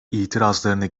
itirazlarını